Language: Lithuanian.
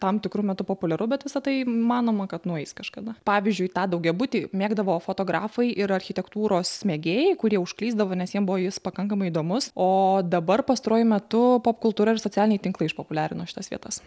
tam tikru metu populiaru bet visa tai įmanoma kad nueis kažkada pavyzdžiui tą daugiabutį mėgdavo fotografai ir architektūros mėgėjai kurie užklysdavo nes jiem buvo jis pakankamai įdomus o dabar pastaruoju metu popkultūra ir socialiniai tinklai išpopuliarino šitas vietas